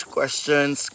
Questions